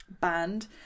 band